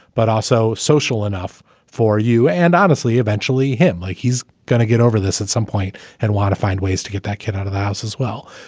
but also social enough for you. and honestly, eventually him like he's going to get over this at some point and want to find ways to get that kid out of the house as well.